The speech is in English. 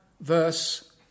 verse